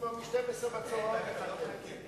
לעלות לדוכן,